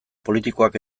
politikoak